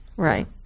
Right